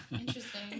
Interesting